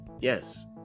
yes